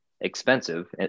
expensive